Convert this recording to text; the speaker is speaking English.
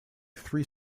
three